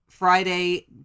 Friday